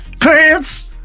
pants